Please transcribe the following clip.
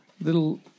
Little